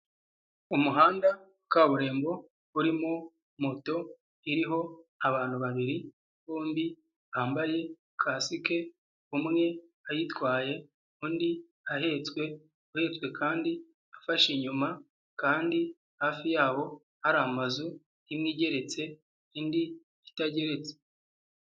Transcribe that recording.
Umuhanda kaburimbo urimo moto iriho abantu babiri bombi bambaye kasike, umwe ayitwaye undi ahetswe, uhetswe kandi afashe inyuma, kandi hafi yabo hari amazu, imwe igeretse indi itageretse.